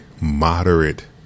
moderate